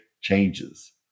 changes